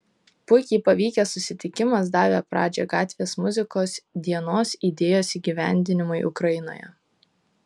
puikiai pavykęs susitikimas davė pradžią gatvės muzikos dienos idėjos įgyvendinimui ukrainoje